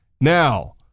Now